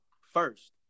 first